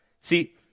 See